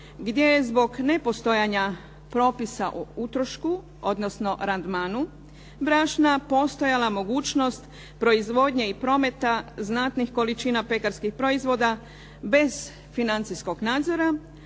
gdje je zbog nepostojanja propisa o utrošku odnosno "randmanu" brašna postojala mogućnost proizvodnje i prometa znatnih količina pekarskih proizvoda bez financijskog nadzora